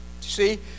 See